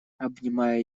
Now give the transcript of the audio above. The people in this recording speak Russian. обнимая